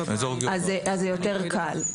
זה יותר קל,